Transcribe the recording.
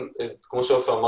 כמו שאמר עופר,